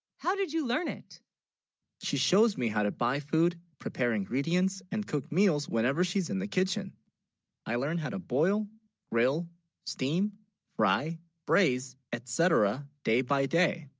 how, did you learn it she shows, me how, to buy food prepare ingredients and cook, meals whenever she's in the kitchen i learned how to, boil real steam fry braised etc day, by, day